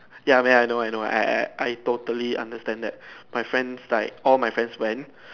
ya man I know I know I I I totally understand that my friends is like all my friend went